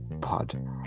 pod